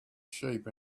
sheep